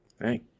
hey